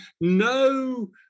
no